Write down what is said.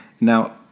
now